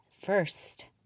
first